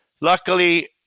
luckily